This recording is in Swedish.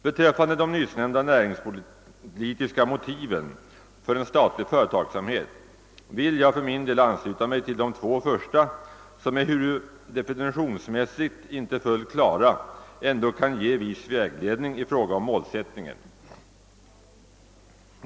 Beträffande de nyssnämnda näringspolitiska motiven för en statlig företagsamhet vill jag för min del ansluta mig till de två första, som — ehuru definitionsmässigt inte fullt klara — ändå kan ge viss vägledning i fråga om målsättningen.